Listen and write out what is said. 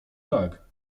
tak